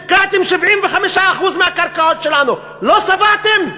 הפקעתם 75% מהקרקעות שלנו, לא שבעתם?